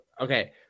Okay